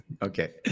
Okay